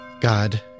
God